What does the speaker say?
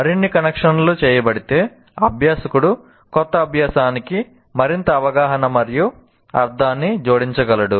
మరిన్ని కనెక్షన్లు చేయబడితే అభ్యాసకుడు కొత్త అభ్యాసానికి మరింత అవగాహన మరియు అర్ధాన్ని జోడించగలడు